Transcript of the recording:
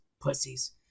pussies